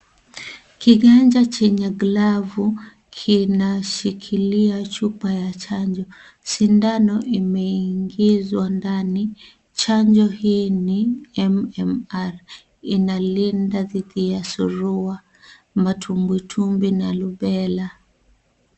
Kiganja chenye glavu kinashikilia chupa ya chanjo . Sindano imeingizwa ndani . Chanjo hii ni MMR inalinda dhidi ya surua, matumbwitumbwi na rubella.